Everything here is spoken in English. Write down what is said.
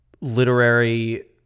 literary